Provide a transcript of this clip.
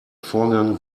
vorgang